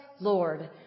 Lord